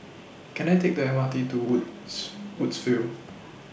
Can I Take The M R T to Wood's Woodsville